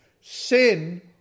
Sin